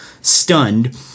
stunned